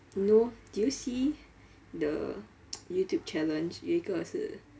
you know did you see the youtube challenge 有一个是